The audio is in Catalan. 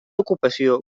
ocupació